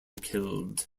killed